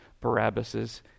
Barabbas's